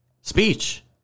speech